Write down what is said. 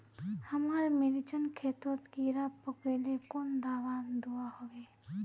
हमार मिर्चन खेतोत कीड़ा पकरिले कुन दाबा दुआहोबे?